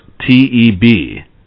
TEB